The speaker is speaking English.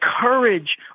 courage